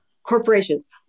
Corporations